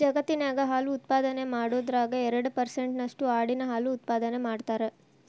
ಜಗತ್ತಿನ್ಯಾಗ ಹಾಲು ಉತ್ಪಾದನೆ ಮಾಡೋದ್ರಾಗ ಎರಡ್ ಪರ್ಸೆಂಟ್ ನಷ್ಟು ಆಡಿನ ಹಾಲು ಉತ್ಪಾದನೆ ಮಾಡ್ತಾರ